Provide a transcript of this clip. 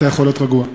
אתה יכול להיות רגוע,